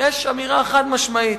יש אמירה חד-משמעית: